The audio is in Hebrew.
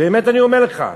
באמת אני אומר לך.